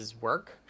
work